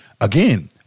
Again